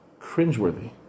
cringeworthy